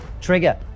Trigger